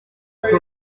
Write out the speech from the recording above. twese